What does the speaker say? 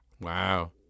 Wow